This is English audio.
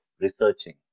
researching